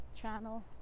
channel